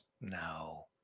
No